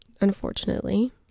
unfortunately